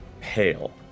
pale